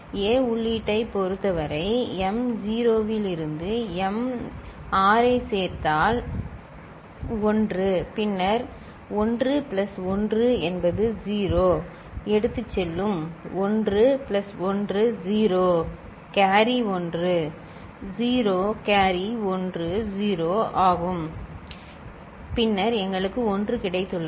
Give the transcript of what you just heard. A உள்ளீட்டைப் பொறுத்தவரை m0 விருந்து m6 இதைச் சேர்த்தால் 1 பின்னர் 1 பிளஸ் 1 என்பது 0 எடுத்துச் செல்லும் 1 பிளஸ் 1 0 கேரி 1 0 கேரி 1 0 ஆகும் பின்னர் எங்களுக்கு 1 கிடைத்துள்ளது